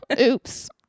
oops